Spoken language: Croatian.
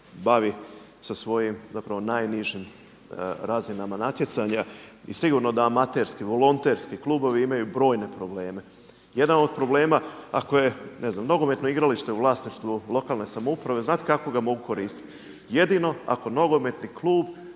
bavi sa svojim zapravo najnižim razinama natjecanja i sigurno da amaterski, volonterski klubovi imaju brojne probleme. Jedan od problema, ako je, ne znam nogometno igralište u vlasništvu lokalne samouprave, znate kako ga mogu koristiti? Jedino ako nogometni klub